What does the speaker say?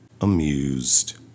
amused